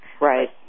Right